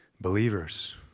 Believers